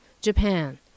JAPAN